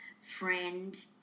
friend